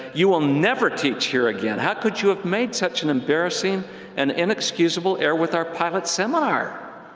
you will never teach here again! how could you have made such an embarrassing and inexcusable error with our pilot seminar!